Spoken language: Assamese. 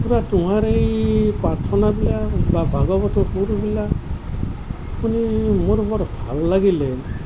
খুৰা তোমাৰ এই প্ৰাৰ্থনাবিলাক বা ভাগৱতৰ সুৰবিলাক শুনি মোৰ বৰ ভাল লাগিলে